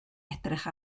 edrych